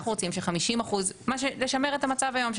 אנחנו רוצים לשמר את המצב היום,